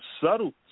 subtle